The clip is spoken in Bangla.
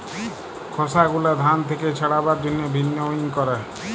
খসা গুলা ধান থেক্যে ছাড়াবার জন্হে ভিন্নউইং ক্যরে